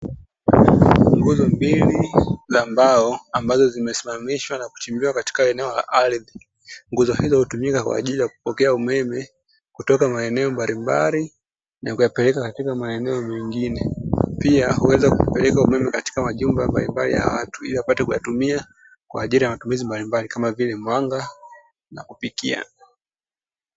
Nguzo mbili za mbao ambazo zimesimamishwa na kuchimbiwakatika eneo la ardhi, ngozo hizo hutumika kwa kupokea umeme kutoka maeneo mbalimbali na kupeleka katika maeneo mengine, pia huweza kupeleka umeme katika majumba ya watu ili wapate kutumia kwa matumizi mbalimbali kama vile mwanga, na kupikia.